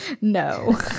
No